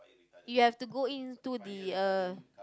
you have to go into the uh